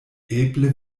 eble